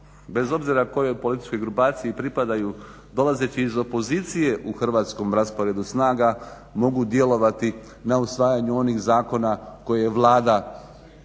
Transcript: bez obzira kojoj političkoj grupaciji pripadaju dolazeći iz opozicije u hrvatskom rasporedu snaga mogu djelovati na usvajanju onih zakona koje je Vlada